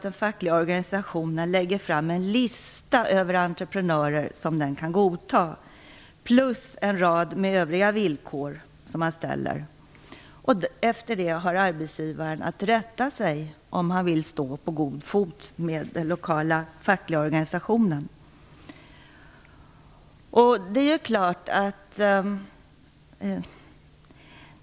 Den fackliga organisationen lägger fram en lista över entreprenörer som den kan godta plus en rad villkor som den ställer. Arbetsgivaren har att rätta sig efter det, om han vill stå på god fot med den lokala fackliga organisationen.